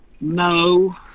No